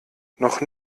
noch